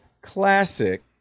classic